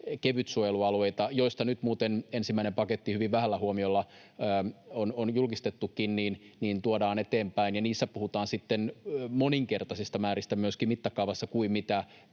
kevytsuojelualueita, joista nyt muuten ensimmäinen paketti hyvin vähällä huomiolla on julkistettukin, tuodaan eteenpäin? Niissä puhutaan sitten moninkertaisemmista määristä myöskin mittakaavassa kuin mitä